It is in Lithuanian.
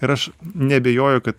ir aš neabejoju kad